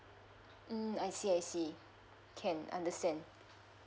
mm I see I see can understand